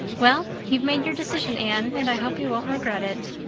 well, you've made your decision, anne, and i hope you won't regret it.